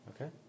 Okay